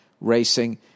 racing